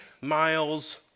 miles